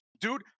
dude